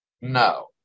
No